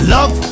Love